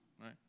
right